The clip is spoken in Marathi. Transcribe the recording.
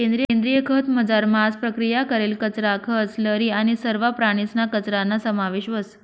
सेंद्रिय खतंसमझार मांस प्रक्रिया करेल कचरा, खतं, स्लरी आणि सरवा प्राणीसना कचराना समावेश व्हस